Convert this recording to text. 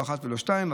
לא אחת ולא שתיים.